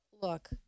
look